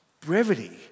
brevity